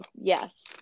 yes